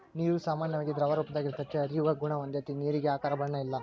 ನೇರು ಸಾಮಾನ್ಯವಾಗಿ ದ್ರವರೂಪದಾಗ ಇರತತಿ, ಹರಿಯುವ ಗುಣಾ ಹೊಂದೆತಿ ನೇರಿಗೆ ಆಕಾರ ಬಣ್ಣ ಇಲ್ಲಾ